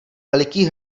veliký